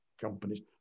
companies